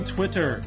Twitter